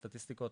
הסטטיסטיקות,